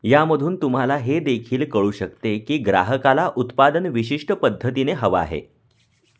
यामधून तुम्हाला हे देखील कळू शकते की ग्राहकाला उत्पादन विशिष्ट पद्धतीने हवं आहे